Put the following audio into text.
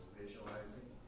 visualizing